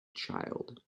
child